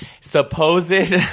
supposed